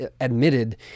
admitted